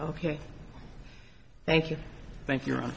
ok thank you thank you